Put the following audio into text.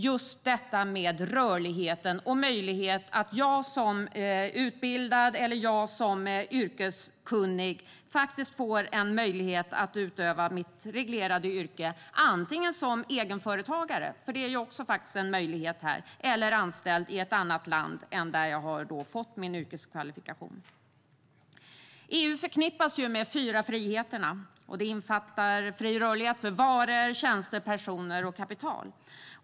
Det handlar om möjligheten för utbildade och yrkeskunniga personer att utöva sitt reglerade yrke i ett annat land än det där de fått sin yrkeskvalifikation - antingen som egenföretagare eller som anställd. EU förknippas med de fyra friheterna - fri rörlighet för varor, tjänster, personer och kapital.